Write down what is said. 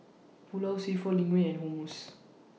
Pulao Seafood Linguine and Hummus